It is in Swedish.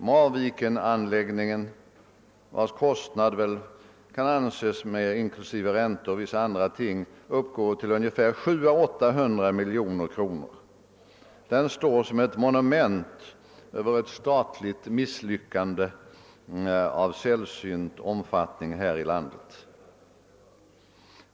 Marvikenanläggningen, vars kostnad inklusive räntor och vissa andra ting kan anses uppgå till 700 å 800 miljoner kronor, står som ett monument över ett statligt misslyckande av sällsynt omfattning här i landet.